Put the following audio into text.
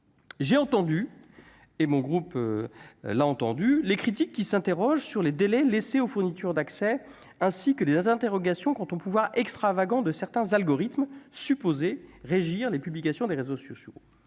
j'ai entendu et mon groupe l'a entendu les critiques qui s'interroge sur les délais laissés aux fourniture d'accès ainsi que des interrogations quant aux pouvoirs extravagants de certains algorithmes supposés régir les publications des réseaux sociaux